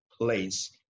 place